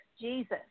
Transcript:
Jesus